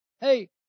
Hey